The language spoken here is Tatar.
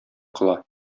кыла